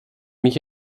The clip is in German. mich